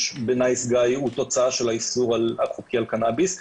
ב'נייס גאי' הוא תוצאה של האיסור החוקי על קנביס,